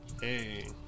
Hey